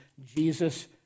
Jesus